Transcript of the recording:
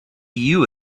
you